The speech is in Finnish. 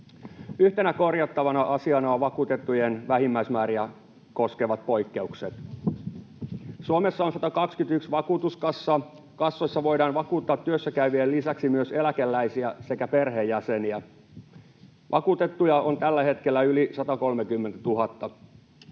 Yhtenä korjattavana asiana ovat vakuutettujen vähimmäismääriä koskevat poikkeukset. Suomessa on 121 vakuutuskassaa. Kassoissa voidaan vakuuttaa työssäkäyvien lisäksi myös eläkeläisiä sekä perheenjäseniä. Vakuutettuja on tällä hetkellä yli 130 000.